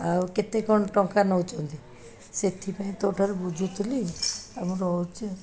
ଆଉ କେତେ କ'ଣ ଟଙ୍କା ନେଉଛନ୍ତି ସେଥିପାଇଁ ତୋ ଠାରୁ ବୁଝୁଥିଲି ଆଉ ମୁଁ ରହୁଛି ଆଉ